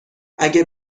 اگه